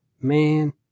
Man